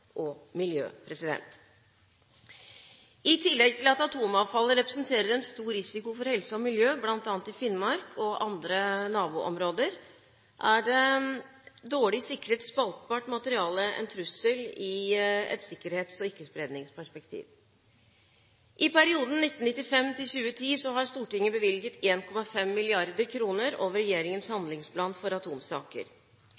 og miljø. I tillegg til at atomavfallet representerer en stor risiko for helse og miljø, bl.a. i Finnmark og andre naboområder, er dårlig sikret spaltbart materiale en trussel i et sikkerhets- og ikkespredningsperspektiv. I perioden 1995 til 2010 har Stortinget bevilget 1,5 mrd. kr over regjeringens